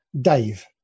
Dave